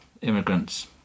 immigrants